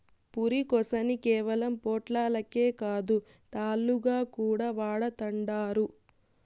పురికొసని కేవలం పొట్లాలకే కాదు, తాళ్లుగా కూడా వాడతండారు